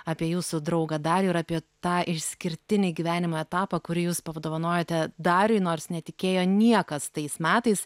apie jūsų draugą darių ir apie tą išskirtinį gyvenimo etapą kurį jūs padovanojote dariui nors netikėjo niekas tais metais